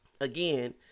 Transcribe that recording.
again